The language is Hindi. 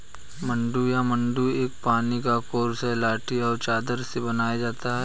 मड्डू या मड्डा एक पानी का कोर्स है लाठी और चादर से बनाया जाता है